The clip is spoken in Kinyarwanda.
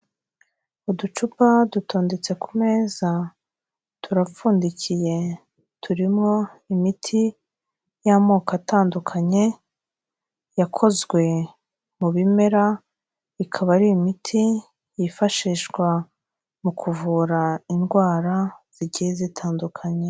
Uducupa dutondetse ku meza, turapfundikiye, turimo imiti y'amoko atandukanye, yakozwe mu bimera, ikaba ari imiti, yifashishwa mu kuvura indwara, zigiye zitandukanye.